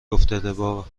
افتاده، باورش